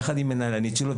יחד עם המנהלנית שלו,